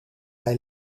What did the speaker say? hij